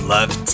Love